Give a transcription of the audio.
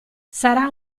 sarà